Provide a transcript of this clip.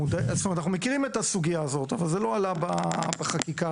מכירים את הסוגיה אבל זה לא עלה בחקיקה,